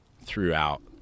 throughout